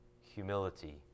humility